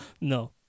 No